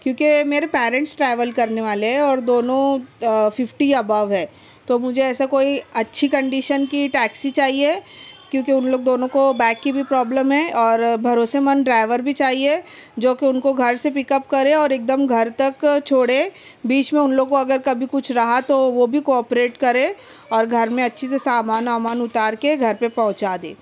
کیونکہ میرے parents travel کرنے والے ہیں اور دونوں ففٹی ابو ہیں تو مجھے ایسے کوئی اچھی کنڈیشن کی ٹیکسی چاہیے کیونکہ ان لوگ دونوں کو بیک کی بھی پرابلم ہے اور بھروسے مند ڈرائیور بھی چاہیے جو کہ ان کو گھر سے پک اپ کرے اور ایک دم گھر تک چھوڑے بیچ میں ان لوگوں کو اگر کبھی کچھ راحت ہو وہ بھی کوآپریٹ کرے اور گھر میں اچھے سے سامان ومان اتار کے گھر پہ پہنچا دے